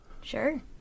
Sure